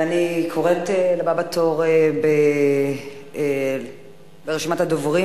אני קוראת לבא בתור ברשימת הדוברים,